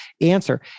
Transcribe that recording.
answer